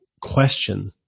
question